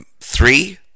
three